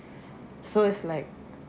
so it's like